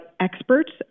experts